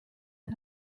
are